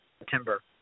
September